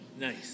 Nice